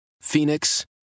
Phoenix